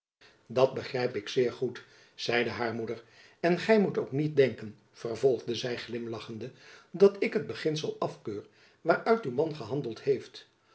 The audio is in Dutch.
dat begrijp ik zeer goed zeide haar moeder en gy moet ook niet denken vervolgde zy glimlachende dat ik het beginsel afkeur waaruit uw man gehandeld heeft